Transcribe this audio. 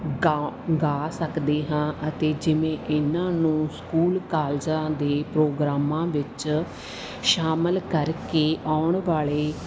ਗਾ ਗਾ ਸਕਦੇ ਹਾਂ ਅਤੇ ਜਿਵੇਂ ਇਹਨਾਂ ਨੂੰ ਸਕੂਲ ਕਾਲਜਾਂ ਦੇ ਪ੍ਰੋਗਰਾਮਾਂ ਵਿੱਚ ਸ਼ਾਮਿਲ ਕਰਕੇ ਆਉਣ ਵਾਲੇ